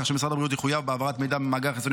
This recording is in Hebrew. כך שמשרד הבריאות יחויב בהעברת מידע ממאגר החיסונים